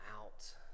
out